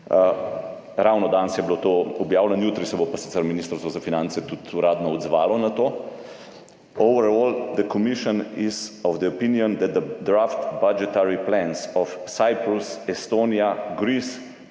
Ravno danes je bilo to objavljeno, jutri se bo pa sicer Ministrstvo za finance tudi uradno odzvalo na to.